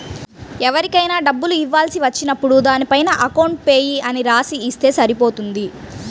ఎవరికైనా డబ్బులు ఇవ్వాల్సి వచ్చినప్పుడు దానిపైన అకౌంట్ పేయీ అని రాసి ఇస్తే సరిపోతుంది